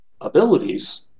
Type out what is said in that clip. abilities